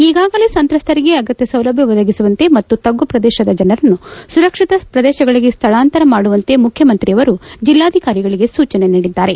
ಈಗಾಗಲೇ ಸಂತ್ರಸ್ತರಿಗೆ ಅಗತ್ಯ ಸೌಲಭ್ಯ ಒದಗಿಸುವಂತೆ ಮತ್ತು ತಗ್ಗು ಪ್ರದೇಶದ ಜನರನ್ನು ಸುರಕ್ಷಿತ ಪ್ರದೇಶಗಳಿಗೆ ಸ್ಥಳಾಂತರ ಮಾಡುವಂತೆ ಮುಖ್ಯಮಂತ್ರಿಯವರು ಜಿಲ್ಲಾಧಿಕಾರಿಗಳಿಗೆ ಸೂಚನೆ ನೀಡಿದ್ದಾರೆ